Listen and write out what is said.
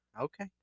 okay